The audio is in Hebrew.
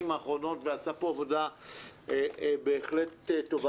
האחרונות ועשה פה עבודה בהחלט טובה.